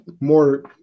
more